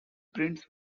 prints